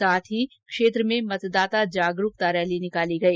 साथ ही क्षेत्र में मतदाता जागरूकता रैली निकाली गई